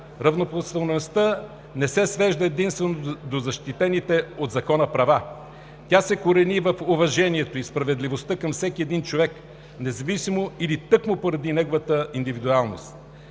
равнопоставеността не се свежда единствено до защитените от закона права. Тя се корени в уважението и справедливостта към всеки един човек, независимо или тъкмо поради неговата индивидуалност.